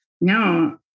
No